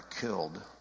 killed